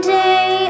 day